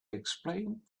explained